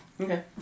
Okay